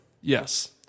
Yes